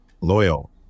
Loyal